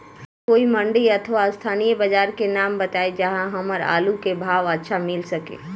कोई मंडी अथवा स्थानीय बाजार के नाम बताई जहां हमर आलू के अच्छा भाव मिल सके?